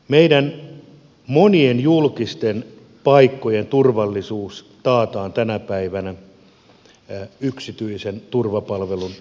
meillä monien julkisten paikkojen turvallisuus taataan tänä päivänä yksityisen turvapalvelun antajan toimesta